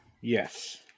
Yes